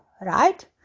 right